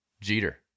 Jeter